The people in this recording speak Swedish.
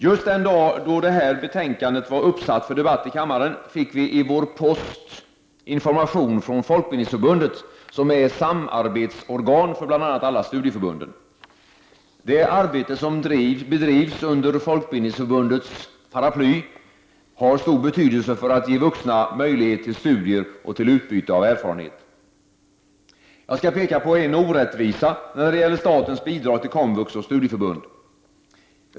Just den dag det här betänkandet var uppsatt till debatt i kammaren fick vi i vår post information från Folkbildningsförbundet som är samarbetsorgan för bl.a. alla studieförbunden. Det arbete som bedrivs under Folkbildningsförbundets ”paraply” har stor betydelse för att ge vuxna möjlighet till studier och till utbyte av erfarenhet. Jag skall visa en orättvisa när det gäller statens bidrag till komvux och studieförbund.